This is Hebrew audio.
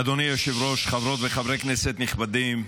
אדוני היושב-ראש, חברות וחברי כנסת נכבדים,